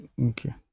Okay